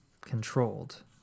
controlled